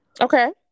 Okay